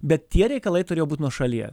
bet tie reikalai turėjo būt nuošalyje